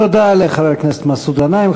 תודה לחבר הכנסת מסעוד גנאים.